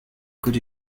could